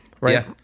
right